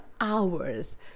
hours